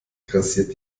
grassiert